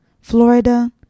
Florida